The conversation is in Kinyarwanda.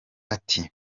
ati